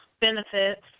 benefits